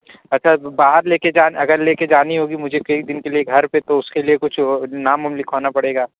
اچھا باہر لے کے جان اگر لے کے جانی ہوگی مجھے کئی دن کے لیے گھر پہ تو اس کے لیے کچھ نام وام لکھوانا پڑے گا